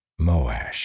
Moash